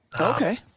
Okay